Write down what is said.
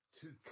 Two